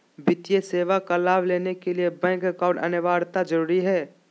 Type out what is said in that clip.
वित्तीय सेवा का लाभ लेने के लिए बैंक अकाउंट अनिवार्यता जरूरी है?